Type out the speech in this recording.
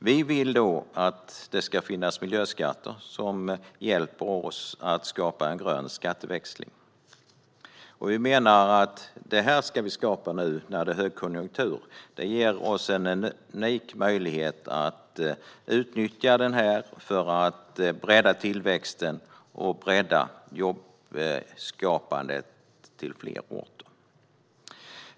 Vi vill att det ska finnas miljöskatter som hjälper oss att skapa en grön skatteväxling. Vi menar att vi ska skapa detta nu, när det är högkonjunktur. Vi har en unik möjlighet att utnyttja den för att bredda tillväxten och bredda jobbskapandet till fler orter.